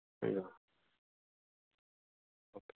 okay